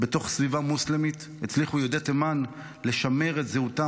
בתוך סביבה מוסלמית הצליחו יהודי תימן לשמר את זהותם